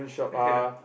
ya